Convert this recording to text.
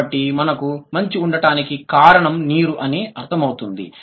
కాబట్టి మనకు మంచు ఉండటానికి కారణం నీరు అని అర్ధమౌతుంది